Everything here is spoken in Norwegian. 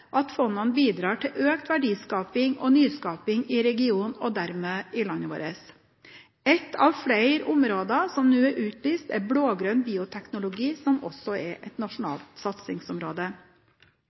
at fondene bidrar til økt verdiskaping og nyskaping i regionen og dermed i landet vårt. Ett av flere områder som nå er utlyst, er blå-grønn bioteknologi, som også er et